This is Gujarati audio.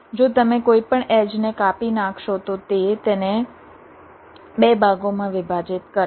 જો તમે કોઈપણ એડ્જને કાપી નાખશો તો તે તેને 2 ભાગોમાં વિભાજિત કરશે